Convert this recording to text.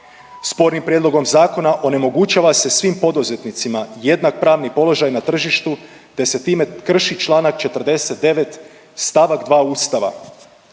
Spornim prijedlogom zakona onemogućava se svim poduzetnicima jednak pravni položaj na tržištu te se time krši čl. 49. st. 2. Ustava.